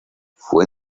fue